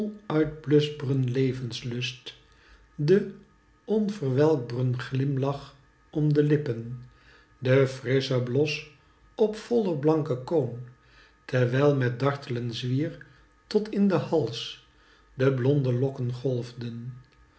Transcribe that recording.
onuitbluschbren levenslust den onverwelkbren glimlach om de lippen den frisschen bios op voile blanke koon terwijl met dartlen zwier tot in den hals de blonde lokken golfden